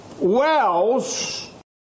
wells